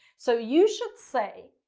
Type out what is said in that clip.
so you should say,